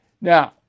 Now